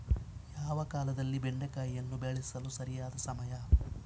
ಯಾವ ಕಾಲದಲ್ಲಿ ಬೆಂಡೆಕಾಯಿಯನ್ನು ಬೆಳೆಸಲು ಸರಿಯಾದ ಸಮಯ?